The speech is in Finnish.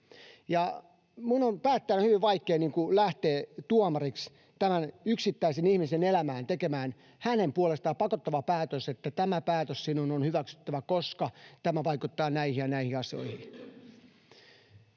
minun on päättäjänä hyvin vaikeaa lähteä tuomariksi tämän yksittäisen ihmisen elämään, tekemään hänen puolestaan pakottava päätös, että tämä päätös sinun on hyväksyttävä, koska tämä vaikuttaa näihin ja näihin asioihin.